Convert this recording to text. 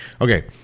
Okay